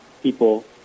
people